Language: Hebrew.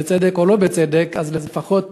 בצדק או לא בצדק, אז לפחות